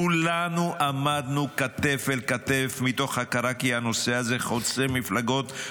כולנו עמדנו כתף אל כתף מתוך הכרה כי הנושא הזה חוצה מפלגות,